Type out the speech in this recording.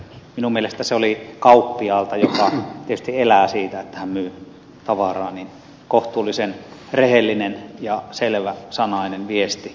minun mielestäni se oli kauppiaalta joka tietysti elää siitä että hän myy tavaraa kohtuullisen rehellinen ja selväsanainen viesti